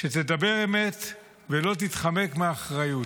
שתדבר אמת ולא תתחמק מאחריות.